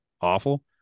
awful